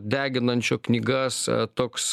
deginančio knygas toks